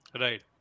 Right